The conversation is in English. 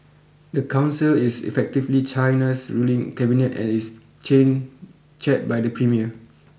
the council is effectively China's ruling cabinet and is chain chaired by the premier